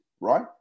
right